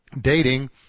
Dating